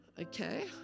Okay